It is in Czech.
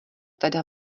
teda